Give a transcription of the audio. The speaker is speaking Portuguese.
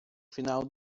final